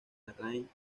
larraín